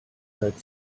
seit